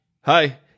hi